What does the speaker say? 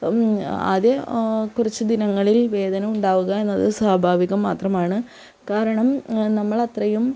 ആദ്യ കുറച്ച് ദിനങ്ങളിൽ വേദന ഉണ്ടാവുക എന്നത് സ്വാഭാവികം മാത്രമാണ് കാരണം നമ്മൾ അത്രയും